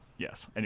Yes